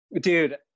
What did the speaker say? dude